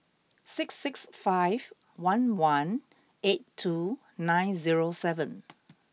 six six five one one eight two nine zero seven